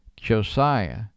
Josiah